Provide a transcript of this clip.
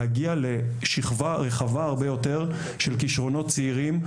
להגיע לשכבה רחבה הרבה יותר של כישרונות צעירים,